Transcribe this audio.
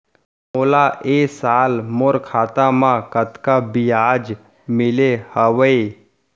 मोला ए साल मोर खाता म कतका ब्याज मिले हवये?